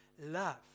love